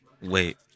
wait